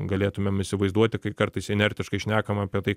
galėtumėm įsivaizduoti kai kartais inertiškai šnekam apie tai